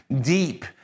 deep